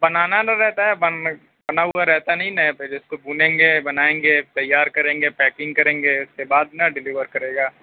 بنانا نہ رہتا ہے بن بنا ہُوا رہتا نہیں نہ ہے پہلے اِس کو بھونیں گے بنائیں گے تیار کریں گے پیکنگ کریں گے اِس کے بعد نا ڈلیور کرے گا